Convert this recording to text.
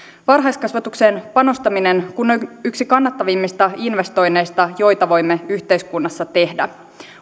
varhaiskasvatukseen panostaminen kun on yksi kannattavimmista investoinneista joita voimme yhteiskunnassa tehdä